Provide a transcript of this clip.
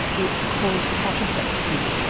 it's called cataplexy,